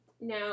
Now